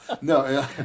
No